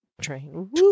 train